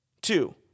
Two